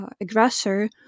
aggressor